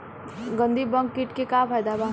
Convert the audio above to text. गंधी बग कीट के का फायदा बा?